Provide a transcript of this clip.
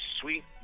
Sweet